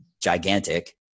Gigantic